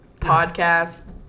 podcast